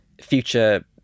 future